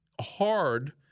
hard